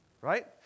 right